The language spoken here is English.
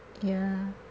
ya